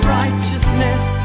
righteousness